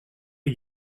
you